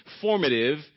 formative